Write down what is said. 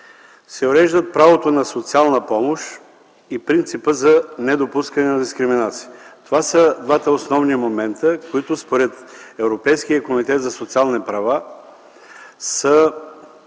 се уреждат правото на социална помощ и принципът за недопускане на дискриминация. Това са двата основни момента, които според Европейския комитет за социални права са